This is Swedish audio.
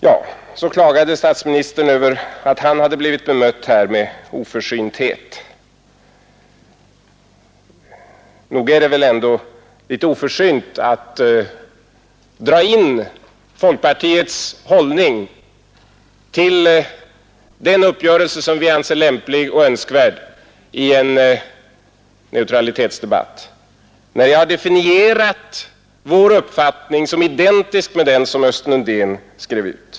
Statsministern klagade över att han här blivit bemött med oförsynthet. Nog är det väl ändå litet oförsynt att dra in folkpartiets hållning till den uppgörelse som vi anser lämplig och önskvärd i en neutralitetsdebatt, när jag definierat vår uppfattning som identisk med den som Östen Undén skrev ut.